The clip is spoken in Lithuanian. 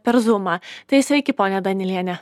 per zūmą tai sveiki ponia danilienė